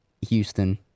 Houston